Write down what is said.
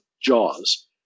jaws